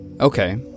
okay